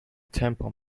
temple